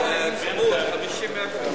התשע"א 2011,